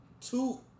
two